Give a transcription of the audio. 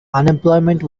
unemployment